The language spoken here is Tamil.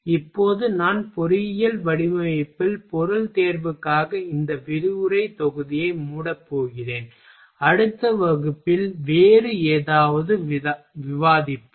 இப்போது நான் பொறியியல் வடிவமைப்பில் பொருள் தேர்வுக்காக இந்த விரிவுரை தொகுதியை மூடப் போகிறேன் அடுத்த வகுப்பில் வேறு ஏதாவது விவாதிப்போம்